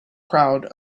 crowd